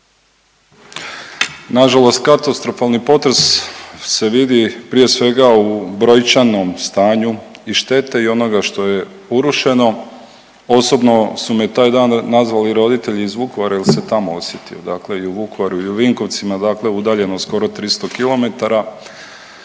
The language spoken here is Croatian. Na žalost katastrofalni potres se vidi prije svega u brojčanom stanju i štete i onoga što je urušeno. Osobno su me taj dan nazvali roditelji iz Vukovara jer se i tamo osjetio. Dakle i u Vukovaru i u Vinkovcima, dakle udaljenost skoro 300 km.